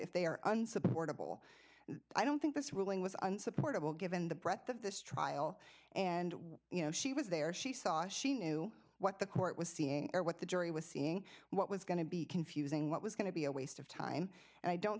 if they are unsupportable and i don't think this ruling was unsupportable given the breadth of this trial and you know she was there she saw she knew what the court was seeing or what the jury was seeing what was going to be confusing what was going to be a waste of time and i don't